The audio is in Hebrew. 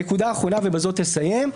הנקודה האחרונה, ובזה אני מסיים,